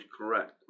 correct